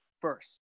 first